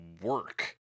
work